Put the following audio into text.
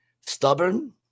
Stubborn